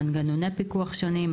מנגנוני פיקוח שונים,